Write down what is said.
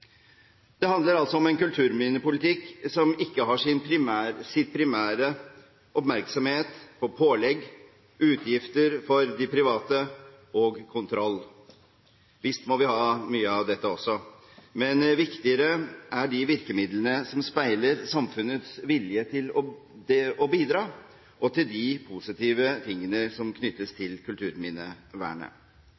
Det handler altså om en kulturminnepolitikk som ikke har sin primære oppmerksomhet på pålegg, utgifter for de private og kontroll. Visst må vi ha mye av dette også, men viktigere er de virkemidlene som speiler samfunnets vilje til det å bidra og til de positive tingene som knyttes